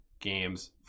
games